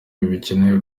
bikennye